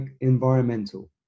environmental